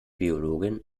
biologin